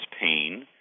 pain